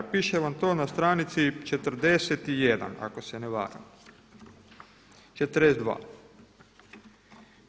Piše vam to na stranici 41. ako se ne varam, 42.